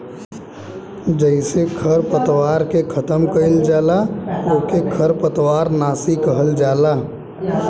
जेसे खरपतवार के खतम कइल जाला ओके खरपतवार नाशी कहल जाला